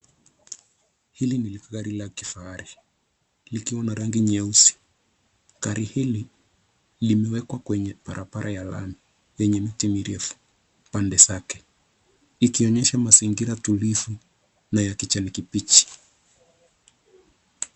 Hili ni gari la kifahari, likiwa na rangi nyeusi. Gari hili limewekwa kwenye barabara ya lami lenye miti mirefu pande zake; ikionyesha mazingira tulivu na ya kijani kibichi.